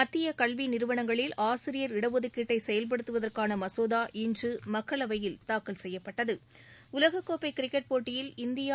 மத்திய கல்வி நிறுவனங்களில் ஆசிரியர் இடஒதுக்கீட்டை செயல்படுத்துவதற்கான மசோதா இன்று மக்களவையில் தாக்கல் செய்யப்பட்டது உலகக் கோப்பை கிரிக்கெட் போட்டியில் இந்தியா